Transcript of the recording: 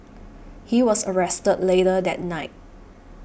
he was arrested later that night